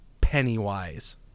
Pennywise